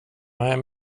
men